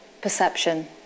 perception